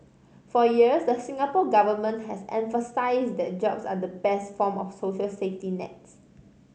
for years the Singapore Government has emphasised that jobs are the best form of social safety nets